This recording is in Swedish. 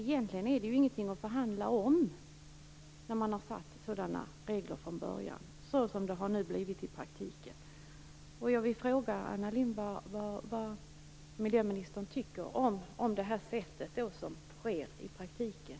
Egentligen är det inte något att förhandla om, när reglerna ser ut som de gör. Jag vill fråga Anna Lindh vad hon tycker om den situation som blir följden i praktiken.